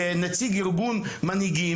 כנציג ארגון "מנהיגים",